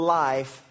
life